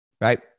Right